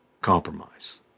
Compromise